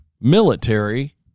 military